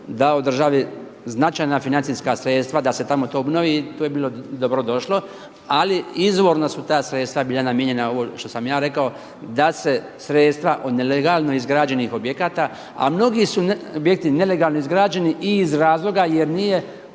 dao državi značajna financijska sredstva da se tamo to obnovi i to je bilo dobro došlo. Ali izvorno su ta sredstva bila namijenjena ovo što sam ja rekao, da se sredstva od nelegalno izgrađenih objekata a mnogi su objekti nelegalno izgrađeni i iz razloga jer nije